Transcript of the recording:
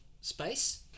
space